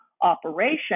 operation